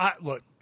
Look